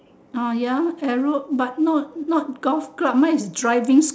ah ya uh road but not not golf club mine is driving